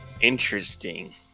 Interesting